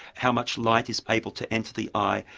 how much light is able to enter the eye,